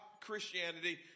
Christianity